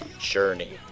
journey